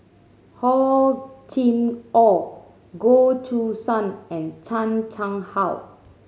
Hor Chim Or Goh Choo San and Chan Chang How